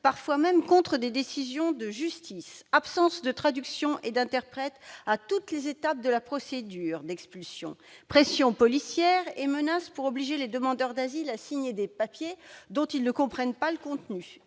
parfois même contre des décisions de justice :« absence de traductions et d'interprètes à toutes les étapes de la procédure d'expulsion, pressions policières et menaces pour obliger les demandeurs d'asile à signer des papiers dont ils ne comprennent pas le contenu,